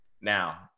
now